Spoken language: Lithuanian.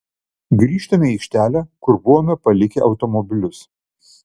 grįžtame į aikštelę kur buvome palikę automobilius